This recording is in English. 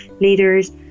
leaders